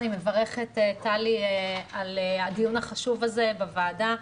אני מברכת טלי על הדיון החשוב הזה בוועדה.